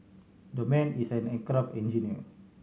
that man is an aircraft engineer